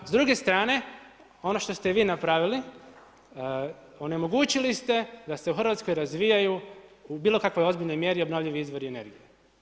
S druge strane, ono što ste vi napravili, onemogućili ste da se u RH razvijaju u bilo kakvoj ozbiljnoj mjeri obnovljivi izvori energije.